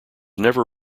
never